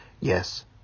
Yes